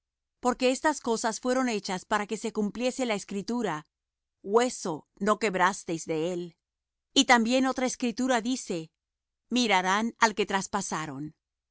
porque estas cosas fueron hechas para que se cumpliese la escritura hueso no quebrantaréis de él y también otra escritura dice mirarán al que traspasaron